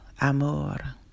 amor